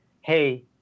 hey